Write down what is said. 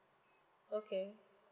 okay